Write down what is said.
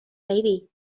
baby